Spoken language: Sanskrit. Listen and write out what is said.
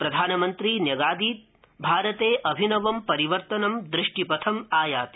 प्रधानमन्त्री न्यगादीत् भारते अभिनवं परिवर्तनं दृष्टिपथम् आयाति